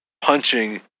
punching